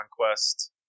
Conquest